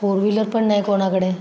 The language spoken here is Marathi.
फोर व्हीलर पण नाही कोणाकडे